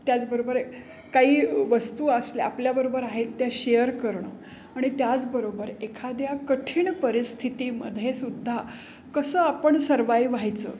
त्याचबरोबर काही वस्तू असल्या आपल्याबरोबर आहेत त्या शेअर करणं आणि त्याचबरोबर एखाद्या कठीण परिस्थितीमध्येसुद्धा कसं आपण सर्वाईव व्हायचं